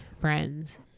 friends